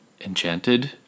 Enchanted